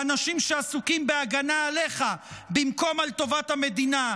באנשים שעסוקים בהגנה עליך במקום על טובת המדינה.